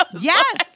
Yes